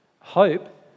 Hope